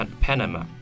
Panama